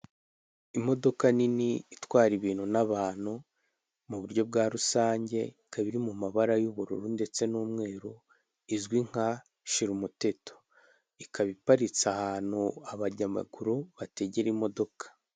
Imodoka nini itwara ibintu n'abantu mu buryo bwa rusange, ikaba biri iri mu mabara y'ubururu ndetse n'umweru izwi nka shirumuteto, ikaba iparitse ahantu abanyamaguru bategera imodoka.